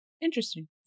interesting